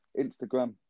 Instagram